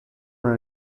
una